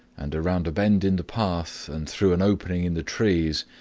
and around a bend in the path, and through an opening in the trees,